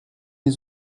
les